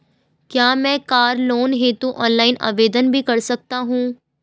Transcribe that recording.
क्या मैं car loan हेतु ऑनलाइन आवेदन भी कर सकता हूँ?